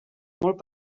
molt